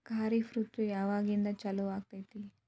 ಖಾರಿಫ್ ಋತು ಯಾವಾಗಿಂದ ಚಾಲು ಆಗ್ತೈತಿ?